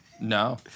No